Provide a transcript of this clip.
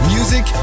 Music